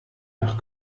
nach